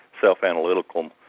self-analytical